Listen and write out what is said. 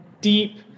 deep